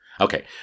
Okay